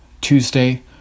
Tuesday